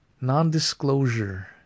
Non-Disclosure